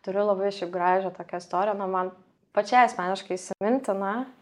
turiu labai šiaip gražią tokią istoriją nu man pačiai asmeniškai įsimintiną